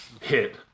Hit